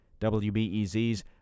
WBEZ's